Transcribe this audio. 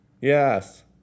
Yes